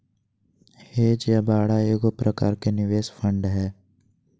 hedge या बाड़ा एगो प्रकार के निवेश फंड हय